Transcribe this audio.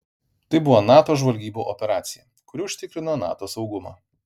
tai buvo nato žvalgybų operacija kuri užtikrino nato saugumą